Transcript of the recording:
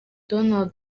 donald